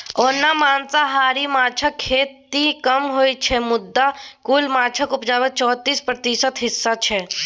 ओना मांसाहारी माछक खेती कम होइ छै मुदा कुल माछक उपजाक चौतीस प्रतिशत हिस्सा छै